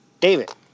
David